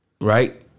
right